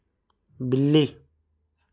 बिल्ली